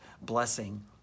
blessing